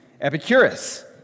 Epicurus